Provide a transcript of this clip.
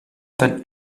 that